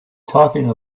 talking